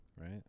Right